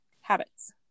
habits